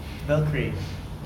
valkrae